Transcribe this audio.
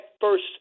first